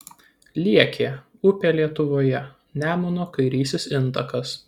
liekė upė lietuvoje nemuno kairysis intakas